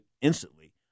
instantly